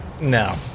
No